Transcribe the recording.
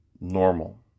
normal